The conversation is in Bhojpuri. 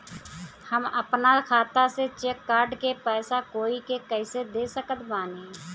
हम अपना खाता से चेक काट के पैसा कोई के कैसे दे सकत बानी?